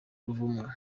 ruvumwa